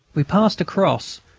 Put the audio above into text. we passed a cross,